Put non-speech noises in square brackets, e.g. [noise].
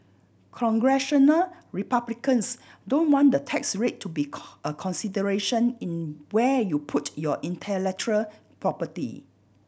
Congressional Republicans don't want the tax rate to be [unintelligible] a consideration in where you put your intellectual property